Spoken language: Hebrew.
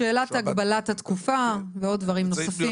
אז שאלת הגבלת התקופה, ועוד דברים נוספים.